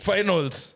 Finals